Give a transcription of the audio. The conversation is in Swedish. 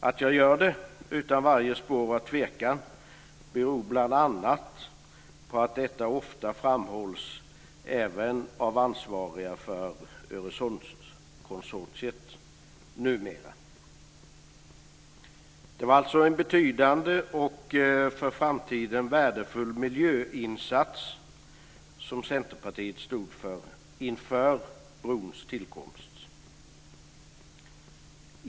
Att jag konstaterar detta utan varje spår av tvekan beror bl.a. på att detta numera ofta framhålls även av ansvariga för Öresundskonsortiet. Det var alltså en betydande och för framtiden värdefull miljöinsats som Centerpartiet stod för inför brons tillkomst.